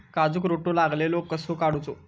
काजूक रोटो लागलेलो कसो काडूचो?